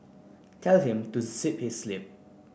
tell him to zip his lip